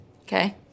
Okay